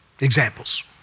Examples